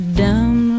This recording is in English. dumb